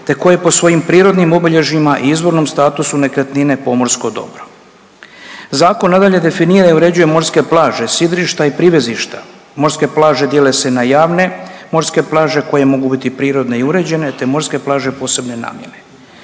te koje po svojim prirodnim obilježjima i izvornom statusu nekretnine pomorsko dobro. Zakon nadalje definira i uređuje morske plaže, sidrišta i privezišta. Morska plaže dijele se na javne morske plaže koje mogu biti prirodne i uređenje te morske plaže posebne namjene.